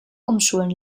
umschulen